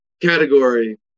category